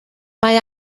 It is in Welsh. mae